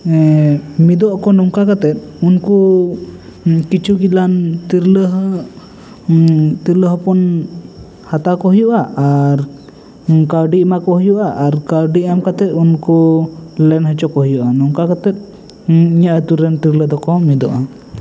ᱢᱤᱫᱚᱜ ᱟᱠᱚ ᱱᱚᱝᱠᱟ ᱠᱟᱛᱮ ᱩᱱᱠᱩ ᱠᱤᱪᱷᱩ ᱜᱮᱞᱟᱝ ᱛᱤᱨᱞᱟᱹ ᱛᱤᱨᱞᱟᱹ ᱦᱚᱯᱚᱱ ᱦᱟᱛᱟᱣ ᱠᱚ ᱦᱩᱭᱩᱜᱼᱟ ᱟᱨ ᱚᱱᱠᱟ ᱠᱟᱹᱣᱰᱤ ᱮᱢᱟ ᱠᱚ ᱦᱩᱭᱩᱜᱼᱟ ᱟᱨ ᱠᱟᱹᱣᱰᱤ ᱮᱢ ᱠᱟᱛᱮ ᱩᱱᱠᱩ ᱞᱮᱱ ᱦᱚᱪᱚ ᱠᱚ ᱦᱩᱭᱩᱜᱼᱟ ᱱᱚᱝᱠᱟ ᱠᱟᱛᱮ ᱤᱧᱟᱹᱜ ᱟᱛᱳ ᱨᱮᱱ ᱛᱤᱨᱞᱟᱹ ᱫᱚ ᱠᱚ ᱢᱤᱫᱚᱜᱼᱟ